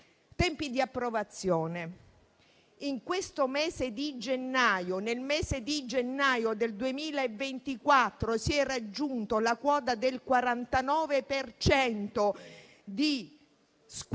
tempi di approvazione, nel mese di gennaio del 2024 si è raggiunta la quota del 49 per cento